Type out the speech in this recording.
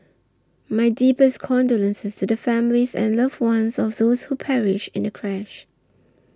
my deepest condolences to the families and loved ones of those who perished in the crash